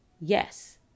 yes